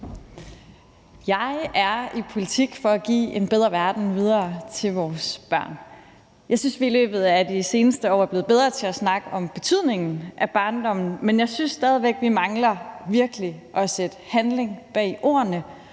Jeg er i politik for at give en bedre verden videre til vores børn. Jeg synes, at vi i løbet af de seneste år er blevet bedre til at snakke om betydningen af barndommen, men jeg synes stadig væk, at vi virkelig mangler at sætte handling bag ordene